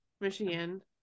Michigan